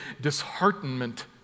disheartenment